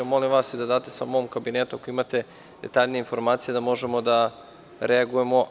Molim vas da predate u mom kabinetu, ako imate detaljnije inforamcije, da možemo da reagujemo.